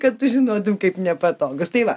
kad tu žinotum kaip nepatogus tai va